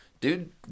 Dude